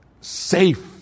safe